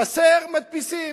חסר, מדפיסים.